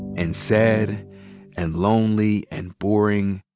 and sad and lonely and boring.